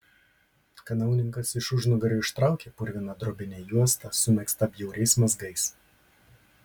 kanauninkas iš užnugario ištraukė purviną drobinę juostą sumegztą bjauriais mazgais